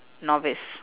novice